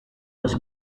was